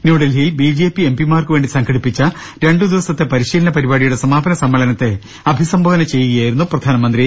ന്യൂഡൽഹിയിൽ B J P എംപിമാർക്കുവേണ്ടി സംഘ ടിപ്പിച്ച രണ്ടു ദിവസത്തെ പരിശീലനപരിപാടിയുടെ സമാപന സമ്മേളനത്തെ അഭി സംബോധന ചെയ്യുകയായിരുന്നു പ്രധാനമന്ത്രി